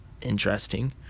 interesting